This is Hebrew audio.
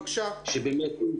רותי אנזל,